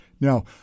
Now